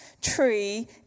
tree